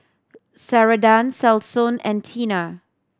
Ceradan Selsun and Tena